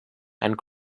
and